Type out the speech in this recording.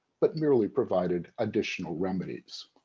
but merely provided additional remedies.